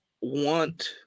want